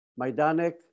Maidanek